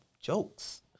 jokes